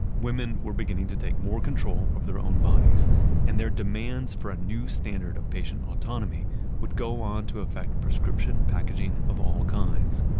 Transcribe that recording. women were beginning to take more control over their own bodies and their demands for a new standard of patient autonomy would go on to affect prescription packaging of all kinds.